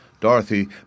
Dorothy